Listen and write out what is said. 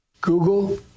Google